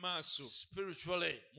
spiritually